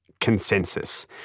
consensus